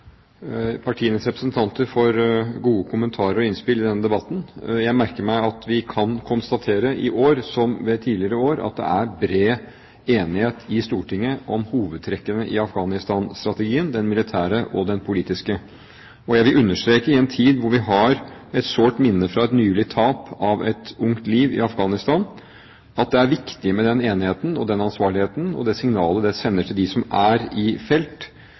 partienes representanter for gode kommentarer og innspill i denne debatten. Jeg merker meg at vi kan konstatere, i år som i tidligere år, at det er bred enighet i Stortinget om hovedtrekkene i Afghanistan-strategien – den militære og den politiske. Jeg vil understreke, i en tid hvor vi har et sårt minne fra et nylig tap av et ungt liv i Afghanistan, at det er viktig med den enigheten, med den ansvarligheten og det signalet det sender til dem som er i felt,